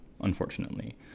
unfortunately